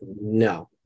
no